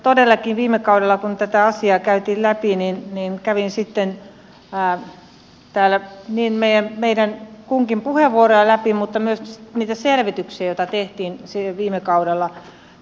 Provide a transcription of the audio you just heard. todellakin viime kaudella kun tätä asiaa käytiin läpi kävin täällä meidän kunkin puheenvuoroja läpi mutta myös niitä selvityksiä joita tehtiin silloin viime kaudella